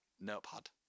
Notepad